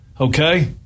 okay